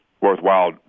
worthwhile